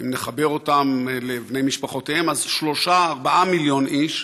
ואם נחבר אותם לבני משפחותיהם אז שלושה-ארבעה מיליון איש,